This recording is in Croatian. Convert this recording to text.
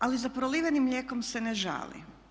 Ali za prolivenim mlijekom se ne žali.